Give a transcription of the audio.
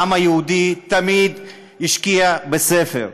העם היהודי תמיד השקיע בספר.